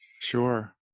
Sure